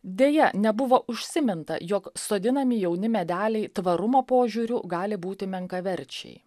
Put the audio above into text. deja nebuvo užsiminta jog sodinami jauni medeliai tvarumo požiūriu gali būti menkaverčiai